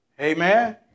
Amen